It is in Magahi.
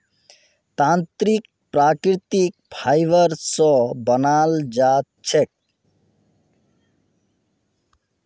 तंत्रीक प्राकृतिक फाइबर स बनाल जा छेक